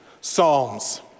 psalms